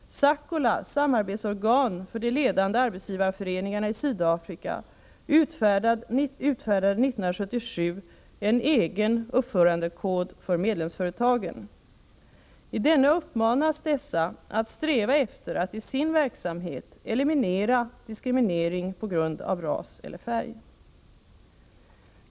SACCOLA, samarbetsorgan för de ledande arbetsgivarföreningarna i Sydafrika, utfärdade 1977 en egen uppförandekod för medlemsföretagen. I denna uppmanas dessa att sträva efter att i sin verksamhet eliminera diskriminering på grund av ras eller färg.